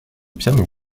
piano